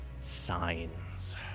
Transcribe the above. signs